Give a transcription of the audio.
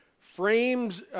frames